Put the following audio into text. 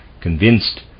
convinced